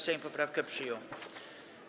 Sejm poprawkę przyjął.